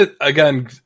again